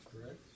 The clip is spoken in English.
correct